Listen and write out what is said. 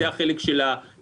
בשנה שעברה הפחתתם או הוספתם?